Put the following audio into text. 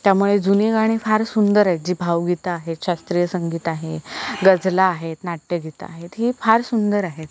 त्यामुळे जुनी गाणी फार सुंदर आहेत जी भावगीतं आहेत शास्त्रीय संगीत आहे गजला आहेत नाट्यगीतं आहेत ही फार सुंदर आहेत